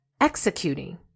executing